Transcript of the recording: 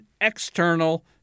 external